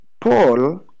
Paul